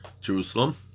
Jerusalem